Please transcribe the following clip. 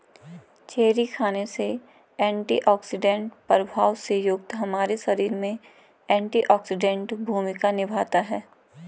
cherry खाने से antioxidant प्रभाव से युक्त हमारे शरीर में एंटीऑक्सीडेंट भूमिका निभाता है